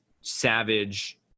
Savage